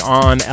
on